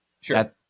Sure